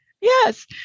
Yes